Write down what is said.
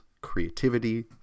creativity